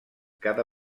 cada